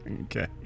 Okay